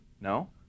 No